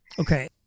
Okay